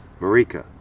Marika